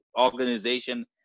organization